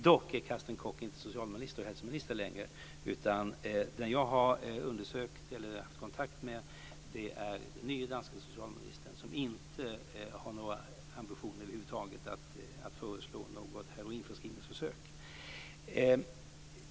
Dock är Carsten Koch inte längre socialminister. Den som jag har haft kontakt med är den nye danske socialministern, som inte har några ambitioner över huvud taget att föreslå något heroinförskrivningsförsök.